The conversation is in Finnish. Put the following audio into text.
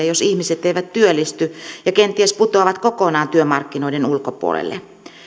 jos ihmiset eivät työllisty ja kenties putoavat kokonaan työmarkkinoiden ulkopuolelle